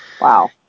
Wow